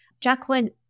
Jacqueline